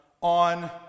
on